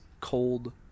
cold